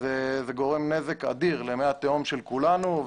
זה גורם נזק אדיר למי התהום של כולנו,